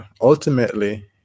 ultimately